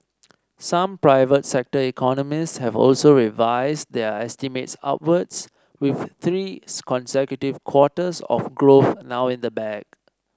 some private sector economists have also revised their estimates upwards with three consecutive quarters of growth now in the bag